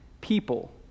people